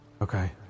Okay